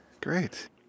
Great